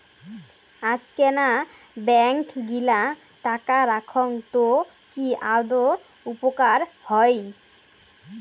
আজকেনা ব্যাঙ্ক গিলা টাকা রাখঙ তো কি আদৌ উপকার হই?